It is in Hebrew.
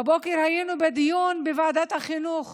בבוקר היינו בדיון בוועדת החינוך